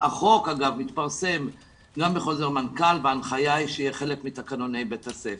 החוק אגב התפרסם גם בחוזר מנכ"ל בהנחיה שהיא חלק מתקנוני בית הספר.